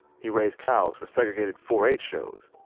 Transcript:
he raised cows for segregated four h shows.